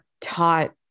taught